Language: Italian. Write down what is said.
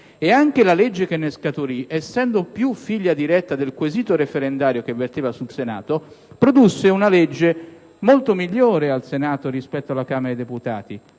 dall'esito referendario, essendo più figlia diretta del quesito referendario che verteva sul Senato, produsse una legge di gran lunga migliore al Senato rispetto alla Camera dei deputati.